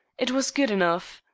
it was good enough.